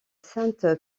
sainte